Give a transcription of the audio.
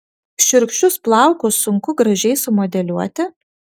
šiurkščius plaukus sunku gražiai sumodeliuoti